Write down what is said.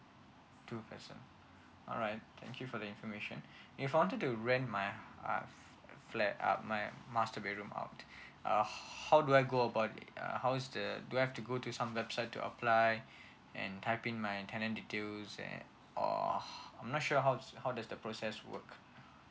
two person alright thank you for the information if I wanted to rent my um flat out my master bedroom out uh how do I go about it uh how is that do I have to go to some website to apply and type in my tenant details there uh I'm not sure how does how does the process work